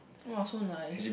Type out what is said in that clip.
!wah! so nice